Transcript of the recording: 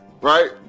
right